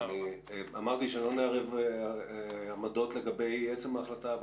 אמרתי שלא נערב עמדות לגבי עצם ההחלטה.